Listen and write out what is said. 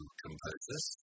composers